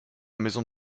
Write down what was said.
maison